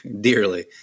dearly